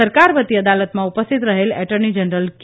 સરકારવતી અદાલતમાં ઉપસ્થિત રહેલા એટર્ની જનરલ કે